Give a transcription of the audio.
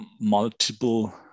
multiple